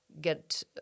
get